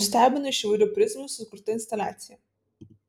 nustebino iš įvairių prizmių sukurta instaliacija